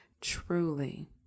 truly